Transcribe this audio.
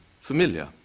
familiar